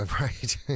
right